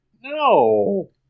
No